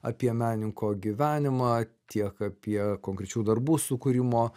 apie menininko gyvenimą tiek apie konkrečių darbų sukūrimo